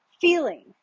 feeling